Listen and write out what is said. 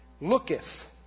Looketh